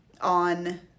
on